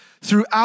throughout